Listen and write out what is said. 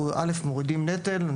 אנחנו מורידים נטל.